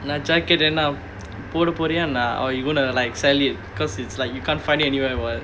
அப்புறம்:appuram jacket என்ன போட்டா பெரிய:enna pottaa periya or you want to like sell it because it's like you can't find it anywhere [what]